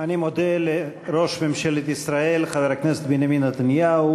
אני מודה לראש ממשלת ישראל חבר הכנסת בנימין נתניהו,